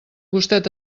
gustet